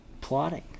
plotting